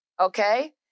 Okay